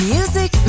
Music